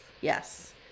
Yes